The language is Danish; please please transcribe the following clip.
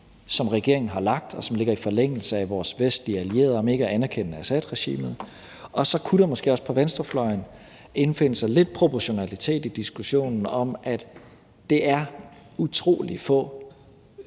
som regeringen har lagt, og som ligger i forlængelse af vores vestlige allieredes linje, om ikke at anerkende Assadregimet, og så kunne der måske også på venstrefløjen indfinde sig lidt proportionalitet i diskussionen, med hensyn til at det er utrolig få